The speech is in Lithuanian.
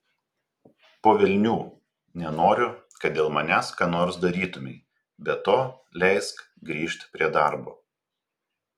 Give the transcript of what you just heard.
po velnių nenoriu kad dėl manęs ką nors darytumei be to leisk grįžt prie darbo